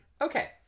Okay